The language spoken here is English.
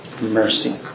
mercy